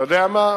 אתה יודע מה?